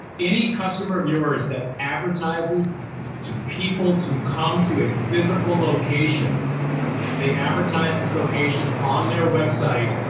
any customer of yours that advertises to people to come to a physical location, if they advertise this location on their website,